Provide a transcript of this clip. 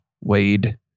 Wade